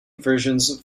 versions